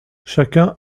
chacun